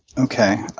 okay.